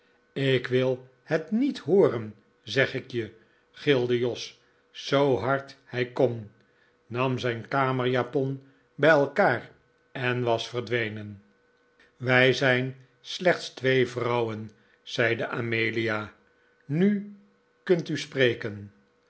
ik wil het niet hooren zeg ik je gilde jos zoo hard hij kon nam zijn kamerjapon bij elkaar en was verdwenen wij zijn slechts twee vrouwen zeide amelia nu kunt u spreken